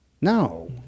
No